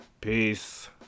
Peace